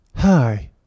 Hi